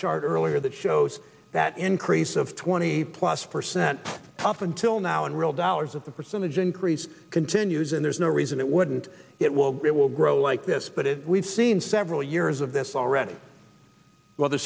chart earlier that shows that increase of twenty plus percent top until now in real dollars of the percentage increase continues and there's no reason it wouldn't it will be it will grow like this but it we've seen several years of this already w